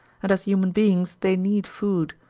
and as human beings they need food.